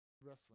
wrestling